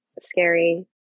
scary